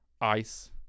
ice